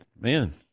man